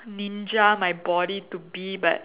ninja my body to be but